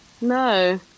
No